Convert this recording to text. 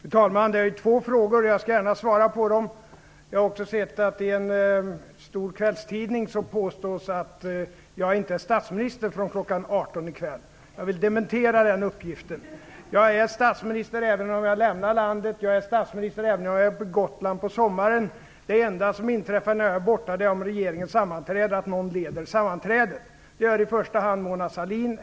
Fru talman! Det är två frågor. Jag skall gärna svara på dem. Jag har också sett att i en stor kvällstidning påstås att jag från klockan 18 i kväll inte är statsminister. Jag vill dementera den uppgiften. Jag är statsminister även om jag lämnar landet. Jag är statsminister även om jag är på Gotland på sommaren. Det enda som inträffar när jag är borta är att om regeringen sammanträder att någon annan leder sammanträdet. Det är i första hand Mona Sahlin.